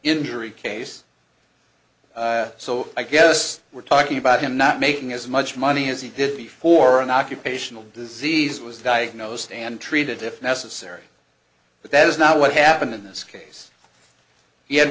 injury case so i guess we're talking about him not making as much money as he did before an occupational disease was diagnosed and treated if necessary but that is not what happened in this case he had